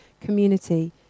community